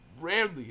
rarely